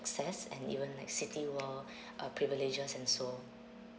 access and even like city world uh privileges and so